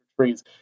trees